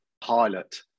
pilot